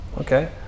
okay